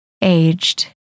aged